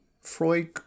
Freud